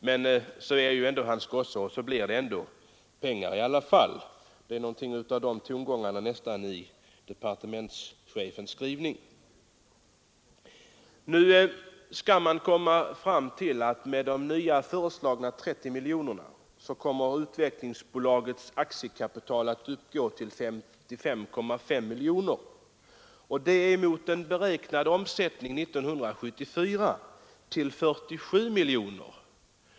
Men det är ju ändå pappas gosse, och så blir det mer pengar i alla fall. Det är litet av de tongångarna i departementschefens skrivning. Nu skall vi betänka att med de föreslagna 30 miljonerna kommer Utvecklingsbolagets aktiekapital att uppgå till 55,5 miljoner kronor, mot en beräknad omsättning 1974 på 47 miljoner.